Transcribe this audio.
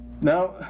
now